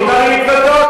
מותר לי להתוודות?